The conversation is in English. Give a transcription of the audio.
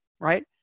right